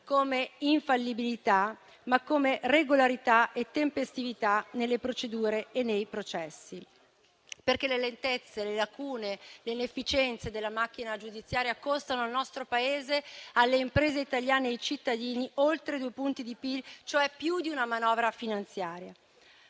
come infallibilità, ma come regolarità e tempestività nelle procedure e nei processi. Le lentezze, le lacune e le inefficienze della macchina giudiziaria costano al nostro Paese, alle imprese italiane e ai cittadini oltre due punti di PIL, cioè più di una manovra finanziaria.